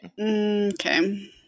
Okay